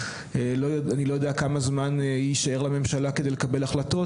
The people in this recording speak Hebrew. אני לא יודע כמה זמן יישאר לממשלה כדי לקבל החלטות,